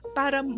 para